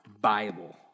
Bible